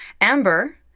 Amber